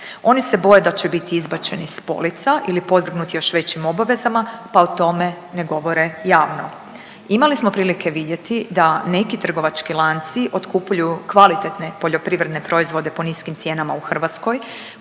Oni se boje da će biti izbačeni s polica ili podvrgnuti još većim obavezama pa o tome ne govore javno. Imali smo prilike vidjeti da neki trgovački lanci otkupljuju kvalitetne poljoprivredne proizvode po niskim cijenama u Hrvatskoj